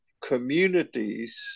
communities